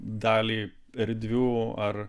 dalį erdvių ar